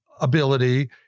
ability